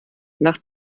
nach